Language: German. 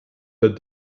der